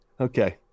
Okay